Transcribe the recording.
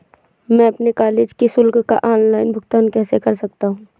मैं अपने कॉलेज की शुल्क का ऑनलाइन भुगतान कैसे कर सकता हूँ?